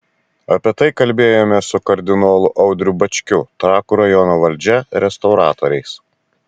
apie tai kalbėjomės su kardinolu audriu bačkiu trakų rajono valdžia restauratoriais